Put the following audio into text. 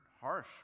harsh